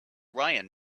ryan